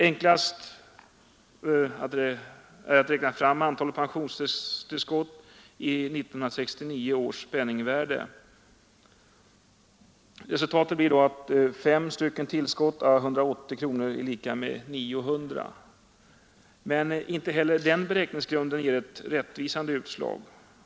Räknar man om bostadstillskotten i 1969 års penningvärde, blir resultatet fem tillskott å 180 kronor, dvs. 900 kronor. Inte heller den beräkningen ger emellertid ett rättvisande utslag.